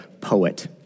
poet